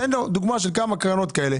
תן לו דוגמה של כמה קרנות כאלה.